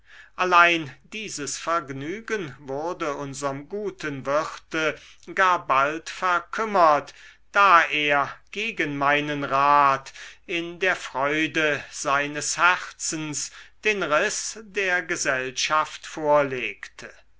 allein dieses vergnügen wurde unserm guten wirte gar bald verkümmert da er gegen meinen rat in der freude seines herzens den riß der gesellschaft vorlegte